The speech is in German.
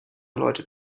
leute